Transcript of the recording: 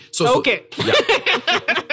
Okay